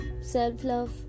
self-love